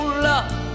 love